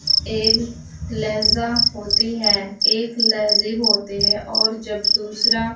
ایک لہجہ ہوتی ہے ایک تہذیب ہوتی ہے اور جب دوسرا